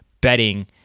betting